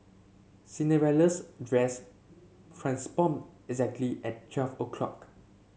Cinderella's dress transformed exactly at twelve o' clock